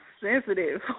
sensitive